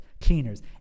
cleaners